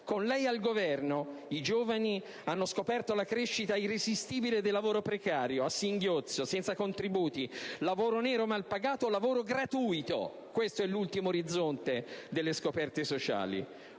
Con lei al Governo, i giovani hanno scoperto la crescita irresistibile del lavoro precario, a singhiozzo, senza contributi, lavoro nero mal pagato, lavoro gratuito (questo è l'ultimo orizzonte delle scoperte sociali: